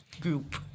group